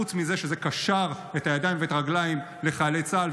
חוץ מזה שזה קשר את הידיים ואת הרגליים לחיילי צה"ל,